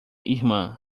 irmã